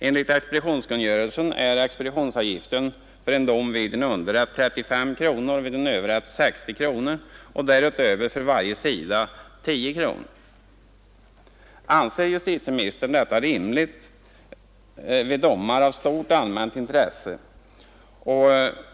Enligt expeditionskungörelsen är expeditionsavgiften för en dom vid underrätt 35 kronor och vid överrätt 60 kronor samt därutöver för varje sida 10 kronor. Anser justitieministern detta rimligt vid domar av stort allmänt intresse?